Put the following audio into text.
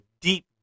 deep